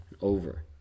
over